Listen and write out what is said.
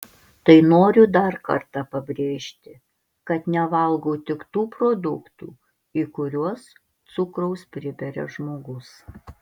tai noriu dar kartą pabrėžti kad nevalgau tik tų produktų į kuriuos cukraus priberia žmogus